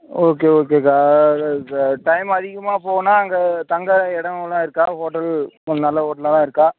okay ஓகேக்கா அது time அதிகமாக போனால் அங்கே தங்க இடம்லாம் இருக்கா ஹோட்டல் ஒரு நல்ல ஹோட்டலாம் இருக்கா